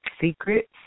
secrets